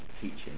teaching